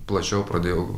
plačiau pradėjau